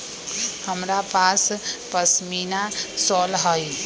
हमरा पास पशमीना शॉल हई